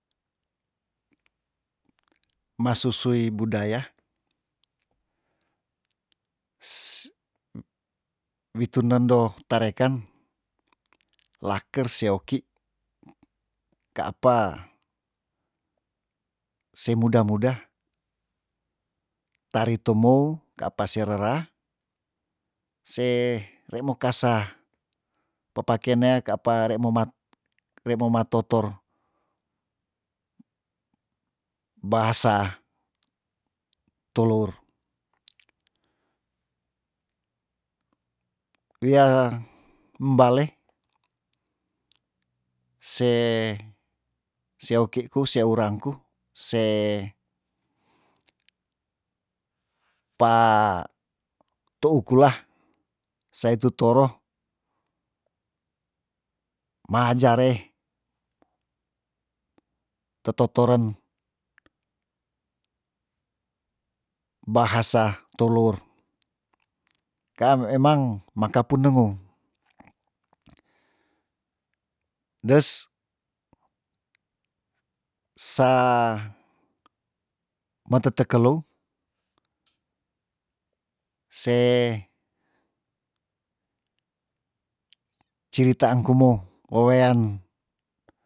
Masusui budaya witun nendo tareken laker se oki kaapa semuda muda tari to mou ka apa si rera se re mo kasa pepakean nea ka apa rei momat rei momat totor bahasa tolour wia mbale se- seoki ku se urangku se pa tou kulah sa itu toro maajare tetou toren bahasa tolour kaan emang maka punengou des sa metete kelou se ciritaan kumou wewean